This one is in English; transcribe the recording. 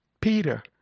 Peter